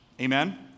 Amen